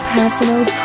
Personal